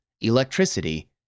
electricity